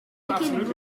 wicked